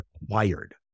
required